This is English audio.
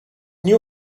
new